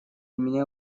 меня